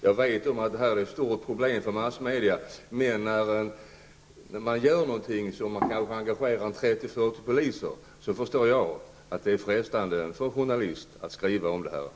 Jag vet att det här är ett stort problem för massmedia, och jag förstår att när det görs någonting som kanske engagerar 30--40 poliser kan det vara frestande för journalister att skriva om saken. Tack!